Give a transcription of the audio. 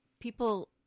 people